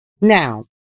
Now